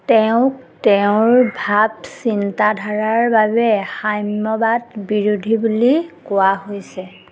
তেওঁক তেওঁৰ ভাব চিন্তাধাৰাৰ বাবে সাম্যবাদ বিৰোধী বুলি কোৱা হৈছে